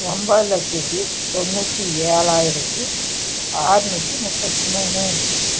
ஒம்பது லட்சத்தி தொண்ணூற்றி ஏழாயிரத்தி ஆறுநூத்தி முப்பத்தி மூணு